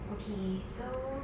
okay so